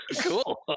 Cool